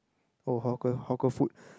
oh hawker hawker food